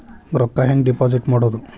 ರೊಕ್ಕ ಹೆಂಗೆ ಡಿಪಾಸಿಟ್ ಮಾಡುವುದು?